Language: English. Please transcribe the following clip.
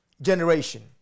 generation